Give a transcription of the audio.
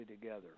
together